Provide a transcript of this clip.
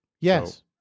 Yes